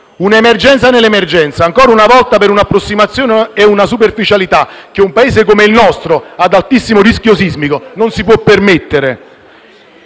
Un'emergenza nell'emergenza e ancora una volta per un'approssimazione e una superficialità che un Paese come il nostro, ad altissimo rischio sismico, non si può permettere.